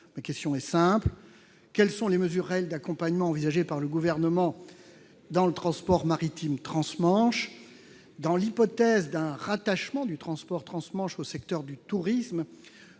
Ma question est simple : quelles sont les mesures réelles d'accompagnement envisagées par le Gouvernement dans le transport maritime transmanche ? Dans l'hypothèse d'un rattachement du transport transmanche au secteur du tourisme,